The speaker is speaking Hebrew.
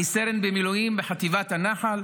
אני סרן במילואים בחטיבת הנח"ל.